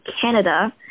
Canada